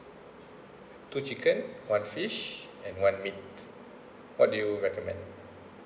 two chicken one fish and one meat what do you recommend